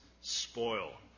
spoil